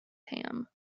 ham